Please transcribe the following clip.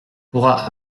pourra